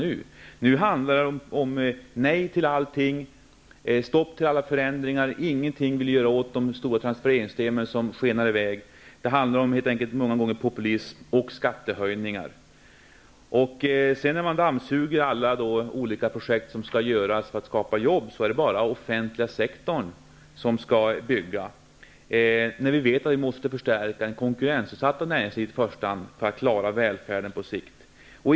Nu handlar det om nej till allting, stopp för alla förändringar. Ni vill inte göra någonting åt att kostnaderna för de stora transfereringssystemen skenar i väg. Det handlar många gånger om populism och skattehöjningar. Man dammsuger landet efter olika projekt som skall göras för att skapa jobb. Men det är bara inom den offentliga sektorn det skall byggas. Vi vet att vi i första hand måste förstärka det konkurrensutsatta näringslivet för att klara välfärden på sikt.